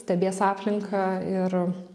stebės aplinką ir